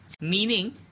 Meaning